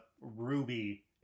ruby